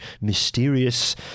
mysterious